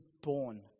born